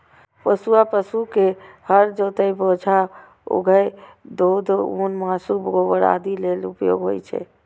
पोसुआ पशु के हर जोतय, बोझा उघै, दूध, ऊन, मासु, गोबर आदि लेल उपयोग होइ छै